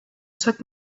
took